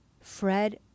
Fred